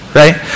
right